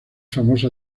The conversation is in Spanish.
famosa